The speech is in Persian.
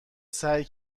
سعی